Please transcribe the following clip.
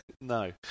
No